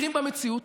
מכירים במציאות,